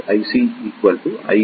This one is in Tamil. IC IB ICO